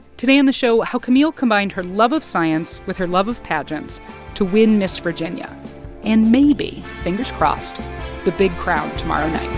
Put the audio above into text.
today on the show, how camille combined her love of science with her love of pageants to win miss virginia and maybe fingers crossed the big crown tomorrow